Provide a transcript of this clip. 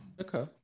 Okay